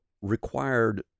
required